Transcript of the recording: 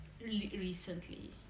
recently